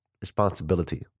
responsibility